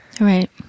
Right